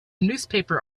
newspaper